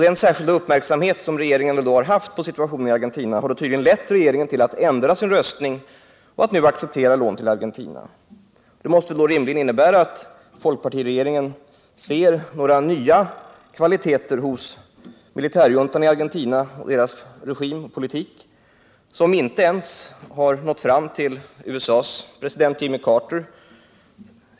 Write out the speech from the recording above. Den särskilda uppmärksamheten har tydligen lett regeringen till att ändra sin röstning och att nu acceptera lån till Argentina. Det måste rimligen innebä att folkpartiregeringen ser nya kvaliteter hos militärjuntan i Argentina och dess politik, kvaliteter som inte har nått fram ens till president Jimmy Carter.